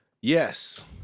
Yes